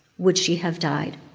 would she have died?